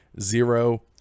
zero